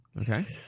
Okay